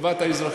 טובת האזרחים,